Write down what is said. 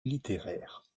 littéraires